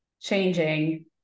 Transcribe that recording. changing